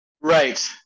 right